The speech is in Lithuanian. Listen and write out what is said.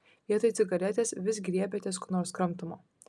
vietoj cigaretės vis griebiatės ko nors kramtomo